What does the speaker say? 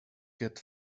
get